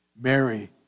Mary